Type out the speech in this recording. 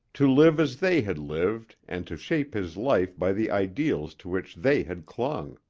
to live as they had lived and to shape his life by the ideals to which they had clung.